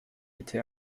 bitte